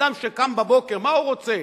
אדם שקם בבוקר, מה הוא רוצה?